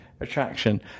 attraction